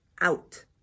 out